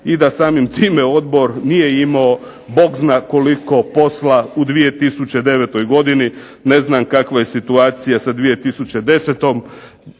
i da samim time odbor nije imao bogzna koliko posla u 2009. godini. Ne znam kakva je situacija sa 2010.